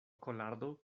kolardo